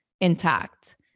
intact